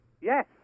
Yes